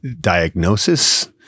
diagnosis